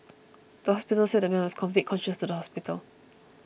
the police said the man was conveyed conscious to hospital